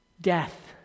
Death